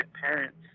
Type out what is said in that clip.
parents